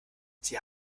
sie